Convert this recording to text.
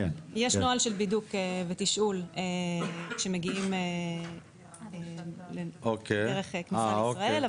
יש נוהל של בידוק ותשאול בכניסה לישראל.